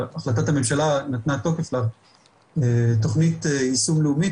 החלטת הממשלה נתנה תוקף לתוכנית יישום לאומית